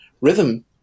rhythm